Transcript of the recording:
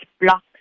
block